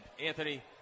Anthony